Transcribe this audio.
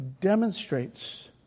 demonstrates